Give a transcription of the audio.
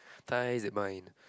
ties that mind